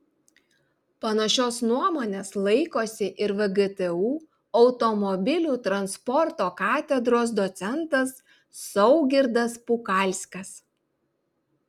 panašios nuomonės laikosi ir vgtu automobilių transporto katedros docentas saugirdas pukalskas